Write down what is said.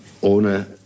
ohne